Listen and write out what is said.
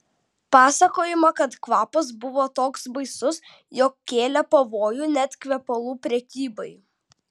pasakojama kad kvapas buvo toks baisus jog kėlė pavojų net kvepalų prekybai